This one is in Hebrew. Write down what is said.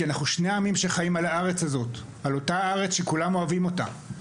כי אנחנו שני עמים שחיים על אדמת הארץ הזאת ואוהבים אותה.